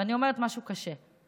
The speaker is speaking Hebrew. ואני אומרת משהו קשה,